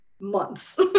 months